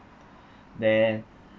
then